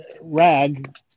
rag